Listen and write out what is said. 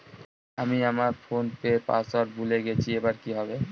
আমি আমার ফোনপের পাসওয়ার্ড ভুলে গেছি এবার কি হবে?